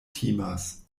timas